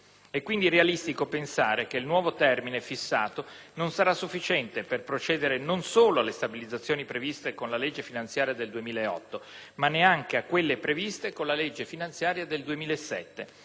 È quindi realistico pensare che il nuovo termine fissato non sarà sufficiente per procedere non solo alle stabilizzazioni previste con la legge finanziaria 2008, ma neanche a quelle previste con la legge finanziaria 2007.